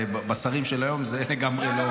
עם השרים של היום זה לגמרי לא --- אגב,